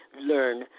learn